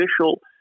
official